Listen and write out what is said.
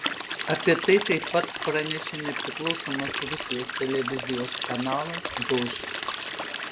apie tai taip pat pranešė nepriklausomas rusijos televizijos kanalas dožd